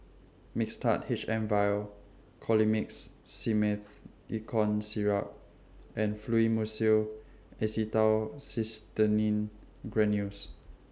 Mixtard H M Vial Colimix Simethicone Syrup and Fluimucil Acetylcysteine Granules